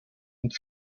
und